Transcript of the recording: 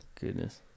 goodness